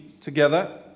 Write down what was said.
together